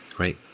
right.